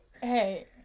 hey